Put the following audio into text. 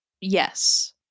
Yes